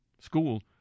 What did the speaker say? school